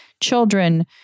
children